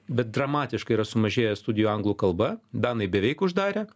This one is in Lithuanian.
bet dramatiškai yra sumažėję studijų anglų kalba danai beveik uždarė